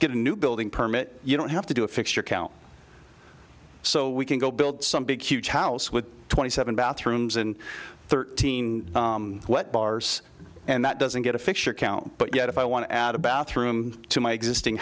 get a new building permit you don't have to do a fixture count so we can go build some big huge house with twenty seven bathrooms and thirteen what bars and that doesn't get a picture count but yet if i want to add a bathroom to my existing